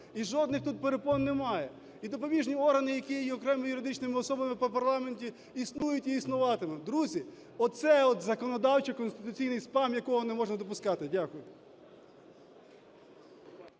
і жодних тут перепон немає. І допоміжні органи, які є окремими юридичним особами по парламенту, існують і існуватимуть. Друзі, оце от законодавчо-конституційний спам, якого не можна допускати. Дякую.